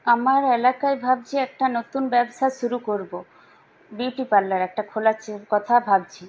আমার এলাকায় ভাবছি একটা নতুন ব্যবসা শুরু করব বিউটিপার্লার একটা খোলার কথা ভাবছি